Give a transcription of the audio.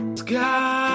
sky